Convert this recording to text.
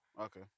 Okay